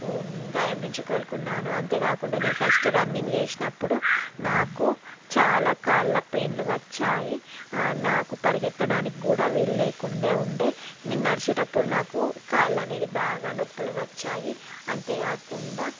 గాయం నుంచి కోలుకున్నాను అంతేకాకుండా నేను ఫస్ట్ రన్నింగ్ చేసినప్పుడు నాకు చాలా కాళ్ళ పెయిన్లు వచ్చాయి నాకు పరుగెత్తడానికి కూడా వీలు లేకుండే ఉండే నేను నడిచేటప్పుడు నాకు కాళ్ళు అనేది బాగా నొప్పులు వచ్చాయి అంతేకాకుండా